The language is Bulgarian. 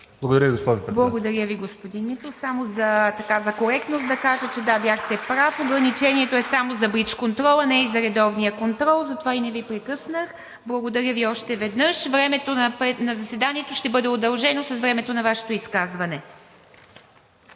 Благодаря Ви господин Митов. Само за коректност да кажа – да, бяхте прав. Ограничението е само за блицконтрола, а не и за редовния контрол, затова и не Ви прекъснах. Благодаря Ви още веднъж. Времето на заседанието ще бъде удължено с времето на Вашето изказване.